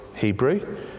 Hebrew